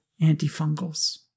antifungals